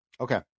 Okay